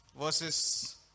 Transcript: verses